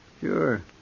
Sure